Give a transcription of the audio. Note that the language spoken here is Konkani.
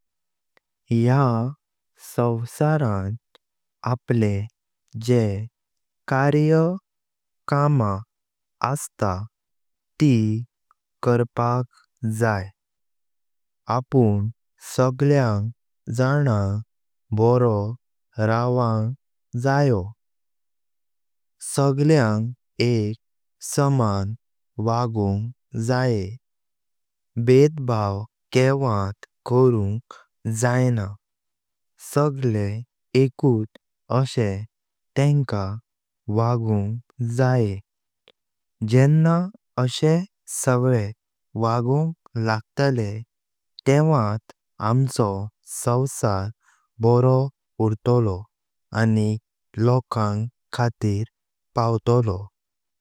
ह्या सवसारन आपले जेह कार्य कामा असत ति करपाक जाइ, अपुन सगळ्या जनक बरो रवोंग जयो। सगळ्यांक एक समान वागोंग जये, बेदभाव केवत करुंग जायेना सगळे एकुट आसें तेंका वागोंग जये। जेण्ना असे सगळे वागोंग लागतले तेंवत आमचो सवसार बरो उरलो आनी लोकांक खातिर पव्तलो।